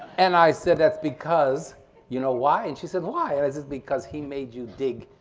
and i said that's because you know why? and she said why? and it's it's because he made you dig,